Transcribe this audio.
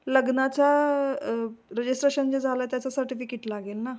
लग्नाचं रजिस्ट्रेशन जे झालं त्याचा सर्टिफिकेट लागेल ना